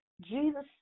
Jesus